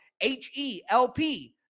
H-E-L-P